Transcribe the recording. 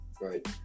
Right